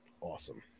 awesome